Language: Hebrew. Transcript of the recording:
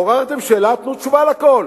עוררתם שאלה, תנו תשובה על הכול,